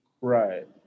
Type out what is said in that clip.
Right